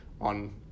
on